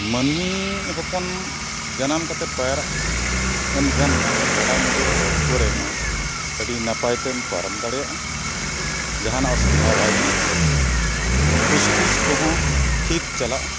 ᱢᱟᱹᱱᱢᱤ ᱦᱚᱯᱚᱱ ᱡᱟᱱᱟᱢ ᱠᱟᱛᱮᱜ ᱯᱟᱭᱨᱟᱜ ᱮᱢ ᱜᱟᱱ ᱠᱷᱟᱱ ᱜᱟᱰᱟ ᱢᱩᱸᱰᱩ ᱠᱚᱨᱮ ᱦᱚᱸ ᱟᱹᱰᱤ ᱱᱟᱯᱟᱭ ᱛᱮᱢ ᱯᱟᱨᱚᱢ ᱫᱟᱲᱮᱭᱟᱜᱼᱟ ᱡᱟᱦᱟᱱᱟᱜ ᱚᱥᱩᱵᱤᱫᱷᱟ ᱵᱟᱭ ᱦᱩᱭᱩᱜᱼᱟ ᱯᱷᱩᱥ ᱯᱷᱩᱥ ᱠᱚᱦᱚᱸ ᱴᱷᱤᱠ ᱪᱟᱞᱟᱜᱼᱟ